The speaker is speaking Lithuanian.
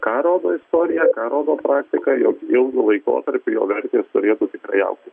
ką rodo istorija rodo praktika jog ilgu laikotarpiu jo vertės turėtų tikrai augti